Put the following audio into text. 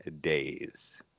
days